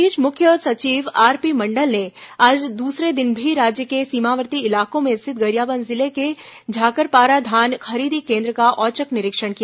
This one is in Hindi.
इस बीच मुख्य सचिव आरपी मंडल ने आज दूसरे दिन भी राज्य के सीमावर्ती इलाके में स्थित गरियाबंद जिले के झाकरपारा धान खरीदी केंद्र का औचक निरीक्षण किया